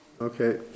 Okay